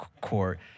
court